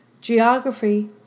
Geography